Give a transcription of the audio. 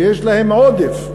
שיש להן עודף,